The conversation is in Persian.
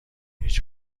هیچ